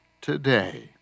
today